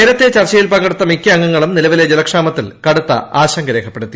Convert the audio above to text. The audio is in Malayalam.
നേരത്തെ ചർച്ചയിൽ പങ്കെടുത്ത മിക്ക അംഗങ്ങളും നിലവിലെ ജലക്ഷാമത്തിൽ കടുത്ത ആശങ്ക രേഖപ്പെടുത്തി